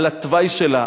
על התוואי שלה,